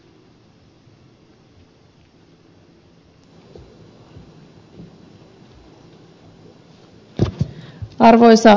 arvoisa puhemies